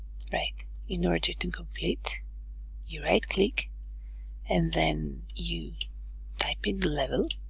right in order to complete you right-click and then you type in the level